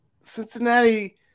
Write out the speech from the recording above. Cincinnati